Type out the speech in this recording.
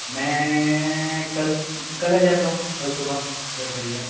मैं कल कल आ जाता हूँ कल सुबह दस बजे तक